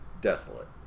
desolate